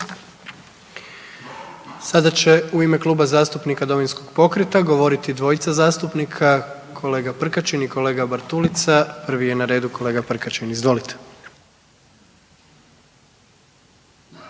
Sada će u ime Kluba zastupnika Domovinskog pokreta govoriti dvojica zastupnika, kolega Prkačin i kolega Bartulica. Prvi je na redu kolega Prkačin, izvolite.